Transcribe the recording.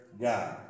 God